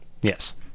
Yes